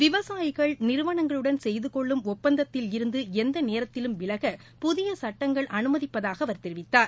விவசாயிகள் நிறுவனங்களுடன் செய்து கொள்ளும் ஒப்பந்ததத்தில் இருந்து எந்த நேரத்திலும் விலக புதிய சட்டங்கள் அனுமதிப்பதாக அவர் தெரிவித்தார்